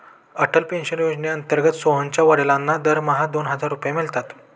Atal pension योजनेअंतर्गत सोहनच्या वडिलांना दरमहा दोन हजार रुपये मिळतात